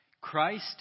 Christ